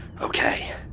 Okay